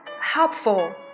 helpful